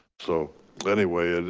so anyway, and